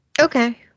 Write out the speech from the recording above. Okay